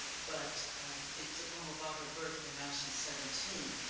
but it's a poem about her birth and now she's seventeen.